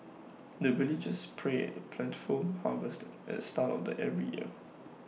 the villagers pray A plentiful harvest at the start of the every year